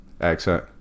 accent